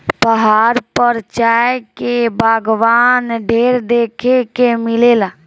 पहाड़ पर चाय के बगावान ढेर देखे के मिलेला